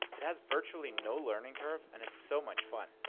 it has virtually no learning curve, and it's so much fun.